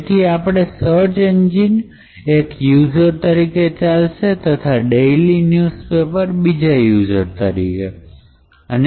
તેથી આપણું search engine એક યુઝર તરીકે ચાલશે તથા ડેઇલી ન્યૂઝ પેપર બીજા તરીકે ચાલશે